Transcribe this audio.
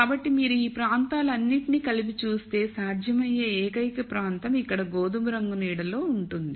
కాబట్టి మీరు ఈ ప్రాంతాలన్నింటినీ కలిపి చూస్తే సాధ్యమయ్యే ఏకైక ప్రాంతం ఇక్కడ గోధుమ రంగు నీడ లో ఉంటుంది